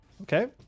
Okay